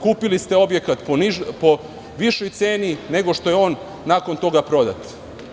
Kupili ste objekat po višoj ceni nego što je on nakon toga prodat.